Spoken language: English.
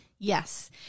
Yes